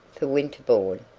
for winterbourne,